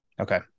okay